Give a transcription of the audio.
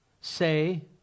say